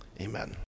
Amen